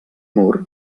mur